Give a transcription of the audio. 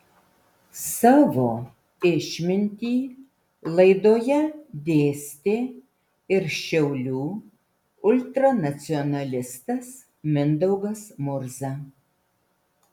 savo išmintį laidoje dėstė ir šiaulių ultranacionalistas mindaugas murza